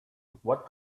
what